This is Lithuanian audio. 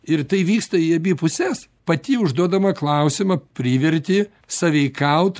ir tai vyksta į abi puses pati užduodama klausimą priverti sąveikaut